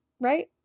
right